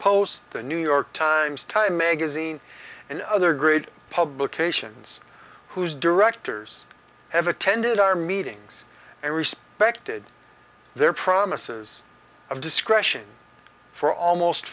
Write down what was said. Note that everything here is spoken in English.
post the new york times time magazine and other great publications whose directors have attended our meetings and respected their promises of discretion for almost